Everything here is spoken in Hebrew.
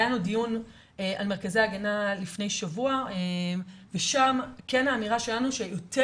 היה לנו דיון על מרכזי הגנה לפני שבוע ושם כן האמירה שלנו שיותר